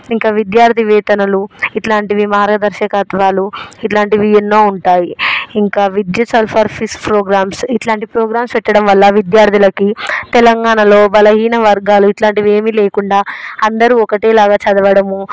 ఇంకా విద్యార్థి వేతనాలు ఇలాంటివి మార్గదర్శకత్వాలు ఇలాంటివి ఎన్నో ఉంటాయి ఇంకా విద్యా సరఫరా ఫీస్ ప్రోగ్రామ్స్ ఇలాంటి ప్రోగ్రామ్స్ పెట్టడం వల్ల విద్యార్థులకి తెలంగాణలో బలహీన వర్గాలు ఇలాంటివి ఏమీ లేకుండా అందరు ఒకటే లాగా చదవడము